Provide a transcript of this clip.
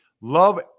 Love